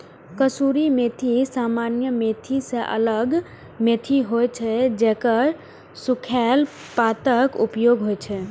कसूरी मेथी सामान्य मेथी सं अलग मेथी होइ छै, जेकर सूखल पातक उपयोग होइ छै